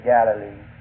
Galilee